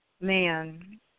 man